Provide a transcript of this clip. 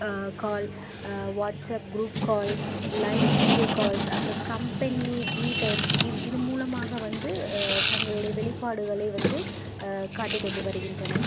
கால் WhatsApp group call live video calls அப்புறம் company e files இது இது மூலமாக வந்து தங்களுடைய வெளிப்பாடுகளை வந்து காட்டிக்கொண்டு வருகின்றன